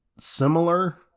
similar